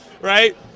right